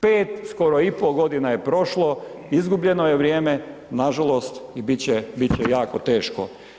5 skoro i pol godina je prošlo, izgubljeno je vrijeme, nažalost i bit će jako teško.